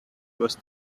was